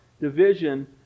division